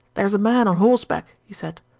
there's a man on horseback he said,